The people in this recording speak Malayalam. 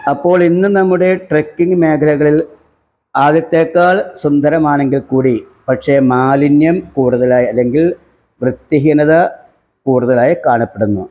അപ്പോളിന്ന് നമ്മുടെ ട്രക്കിങ്ങ് മേഖലകളിൽ ആദ്യത്തേക്കാൾ സുന്ദരമാണെങ്കിൽ കൂടി പക്ഷേ മാലിന്യം കൂടുതലായി അല്ലെങ്കിൽ വൃത്തിഹീനത കൂടുതലായി കാണപ്പെടുന്നു